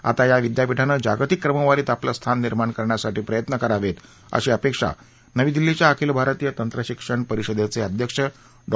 आता या विद्यापीठाने जागतिक क्रमवारीत आपले स्थान निर्माण करण्यासाठी प्रयत्न करावेत अशी अपेक्षा नवी दिल्लीच्या अखिल भारतीय तंत्रशिक्षण परिषदेचे अध्यक्ष डॉ